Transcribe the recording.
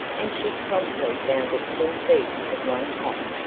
and she promptly bounded ten feet at one hop.